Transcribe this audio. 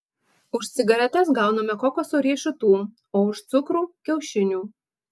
už cigaretes gauname kokoso riešutų o už cukrų kiaušinių